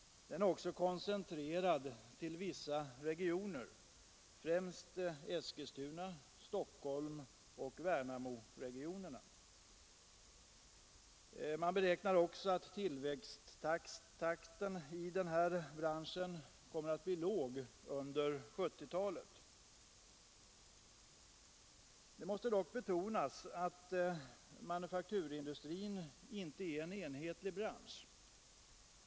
Den är också koncentrerad till vissa regioner, främst Eskilstuna-, Stockholmsoch Värnamoregionerna. Man räknar med att tillväxttakten i branschen kommer att bli låg under 1970-talet. Det måste också betonas att det inte är en enhetlig bransch.